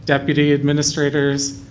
deputy administrators,